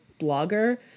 blogger